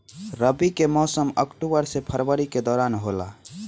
रबी के मौसम अक्टूबर से फरवरी के दौरान होला